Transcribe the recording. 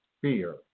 fear